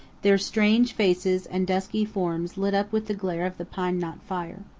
their strange faces and dusky forms lit up with the glare of the pine-knot fire.